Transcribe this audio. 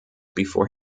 before